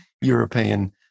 European